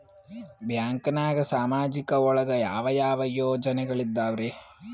ಬ್ಯಾಂಕ್ನಾಗ ಸಾಮಾಜಿಕ ಒಳಗ ಯಾವ ಯಾವ ಯೋಜನೆಗಳಿದ್ದಾವ್ರಿ?